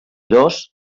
dos